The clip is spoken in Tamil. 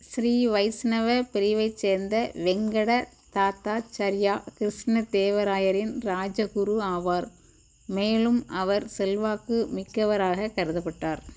ஸ்ரீ வைஷ்ணவ பிரிவைச்சேர்ந்த வெங்கட தாத்தாச்சரியா கிருஷ்ண தேவராயரின் ராஜகுரு ஆவார் மேலும் அவர் செல்வாக்கு மிக்கவராகக் கருதப்பட்டார்